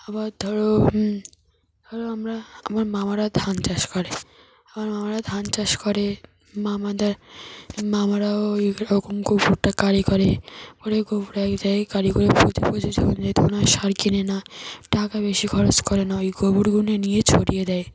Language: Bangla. আবার ধরো ধরো আমরা আমার মামারা ধান চাষ করে আমার মামারা ধান চাষ করে মামাদের মামারাও ওইরকম গোবরটা কাঁড়ি করে করে গোবর এক জায়গায় কাঁড়ি করে পচে পচে যখন যায় তখন আর সার কেনে না টাকা বেশি খরচ করে না ওই গোবরগুলো নিয়ে ছড়িয়ে দেয়